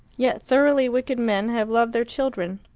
yet thoroughly wicked men have loved their children.